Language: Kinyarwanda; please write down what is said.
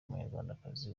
umunyarwandakazi